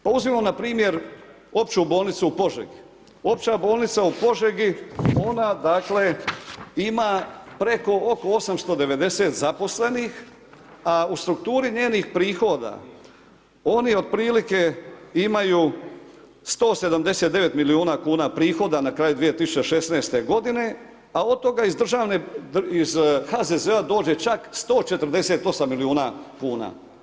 Pa uzmimo npr. opću bolnicu u Požegi, opća bolnica u Požegi, ona dakle, ima preko oko 890 zaposlenih a u strukturi njenih prihoda oni otprilike imaju 179 milijuna kn prihoda na kraju 2016. g. godine, a od toga iz HZZO-a dođe čak 148 miliona kuna.